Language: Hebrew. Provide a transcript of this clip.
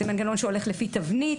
זה מנגנון שהולך לפי תבנית.